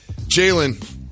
Jalen